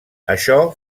això